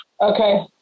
Okay